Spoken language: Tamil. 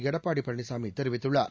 எடப்பாடிபழனிசாமிதெரிவித்துள்ளார்